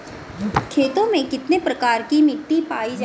खेतों में कितने प्रकार की मिटी पायी जाती हैं?